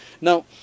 Now